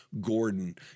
Gordon